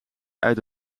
uit